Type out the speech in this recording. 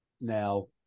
Now